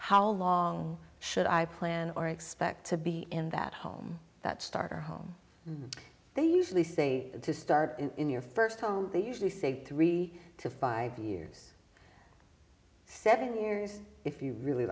how long should i plan or expect to be in that home that starter home they usually say to start in your first home they usually save three to five years seven years if you really